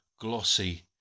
glossy